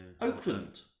Oakland